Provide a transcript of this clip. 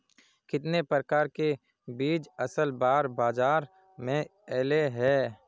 कितने प्रकार के बीज असल बार बाजार में ऐले है?